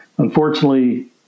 Unfortunately